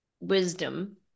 wisdom